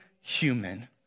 human